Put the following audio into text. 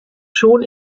schon